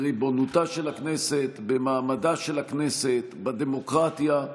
בריבונותה של הכנסת, במעמדה של הכנסת, בדמוקרטיה.